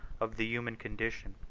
of the human condition.